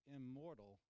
immortal